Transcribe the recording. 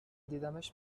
دیدمش